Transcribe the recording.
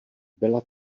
byla